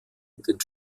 den